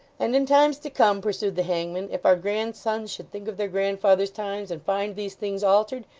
and in times to come pursued the hangman, if our grandsons should think of their grandfathers times, and find these things altered,